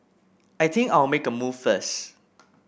I think I'll make a move first